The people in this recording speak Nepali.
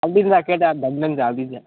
हालिदिन्छ केटाहरू धनी धनी छ हालिदिन्छ